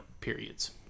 periods